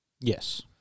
Yes